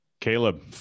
Caleb